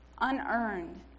Unearned